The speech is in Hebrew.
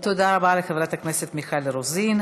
תודה רבה לחברת הכנסת מיכל רוזין.